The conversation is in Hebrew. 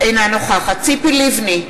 אינה נוכחת ציפי לבני,